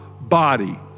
body